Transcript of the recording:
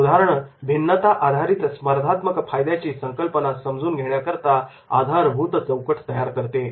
हे उदाहरण भिन्नता आधारित स्पर्धात्मक फायद्याची संकल्पना समजून घेण्याकरता आधारभूत चौकट तयार करते